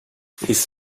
his